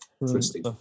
Interesting